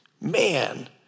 Man